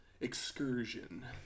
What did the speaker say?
excursion